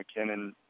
McKinnon